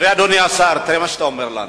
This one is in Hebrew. אדוני השר, תראה מה שאתה אומר לנו.